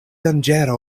danĝera